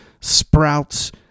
sprouts